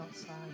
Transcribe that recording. outside